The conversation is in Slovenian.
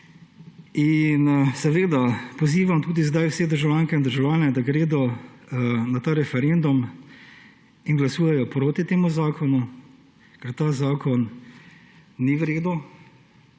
Seveda pozivam tudi zdaj vse državljanke in državljane, da gredo na ta referendum in glasujejo proti temu zakonu, ker ta zakon ni v redu.